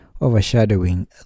overshadowing